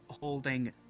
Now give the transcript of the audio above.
holding